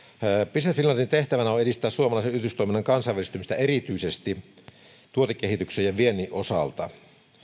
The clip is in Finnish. business finlandin tehtävänä on edistää suomalaisen yritystoiminnan kansainvälistymistä erityisesti tuotekehityksen ja viennin osalta